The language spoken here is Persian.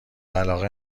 علاقه